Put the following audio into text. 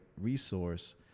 resource